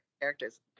characters